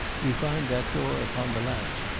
we find that door upon the latch,